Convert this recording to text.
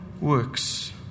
works